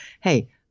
hey